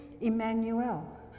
Emmanuel